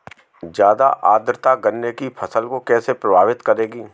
ज़्यादा आर्द्रता गन्ने की फसल को कैसे प्रभावित करेगी?